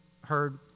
heard